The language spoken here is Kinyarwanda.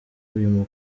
uyu